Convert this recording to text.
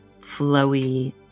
flowy